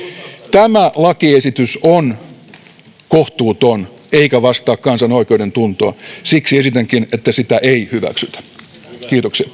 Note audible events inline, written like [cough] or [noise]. tämä lakiesitys on kohtuuton eikä vastaa kansan oikeudentuntoa siksi esitänkin että sitä ei hyväksytä kiitoksia [unintelligible]